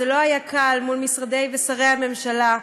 זה לא היה קל מול משרדי ושרי הממשלה,